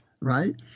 right